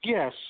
Yes